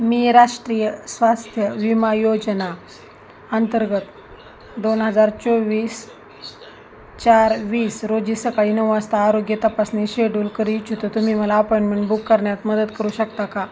मी राष्ट्रीय स्वास्थ्य विमा योजना अंतर्गत दोन हजार चोवीस चार वीस रोजी सकाळी नऊ वासता आरोग्य तपासणी शेड्यूल करू इच्छितो तुम्ही मला आपॉइंटमेंट बुक करण्यात मदत करू शकता का